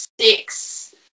six